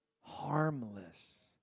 harmless